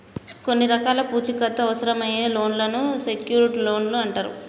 కొన్ని రకాల పూచీకత్తు అవసరమయ్యే లోన్లను సెక్యూర్డ్ లోన్లు అంటరు